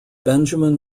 benjamin